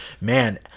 man